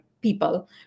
people